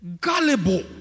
Gullible